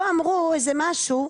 פה אמרו איזה משהו,